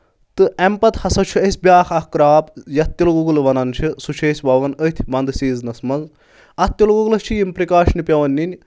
تہٕ اَمہِ پَتہٕ ہَسا چھُ اَسہِ بیٛاکھ اکھ کراپ یَتھ تِلہٕ گۄگُل وَنان چھِ سُہ چھِ أسۍ وَوان أتھۍ وَندٕ سیٖزنَس منٛز اَتھ تِلہٕ گۄگلَس چھِ یِم پرٛکاشنہٕ پیٚوان نِنۍ